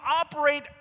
operate